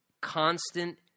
constant